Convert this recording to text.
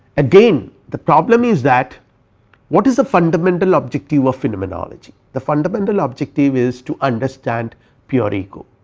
again the problem is that what is the fundamental objective of phenomenology the fundamental objective is to understand pure ego,